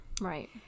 right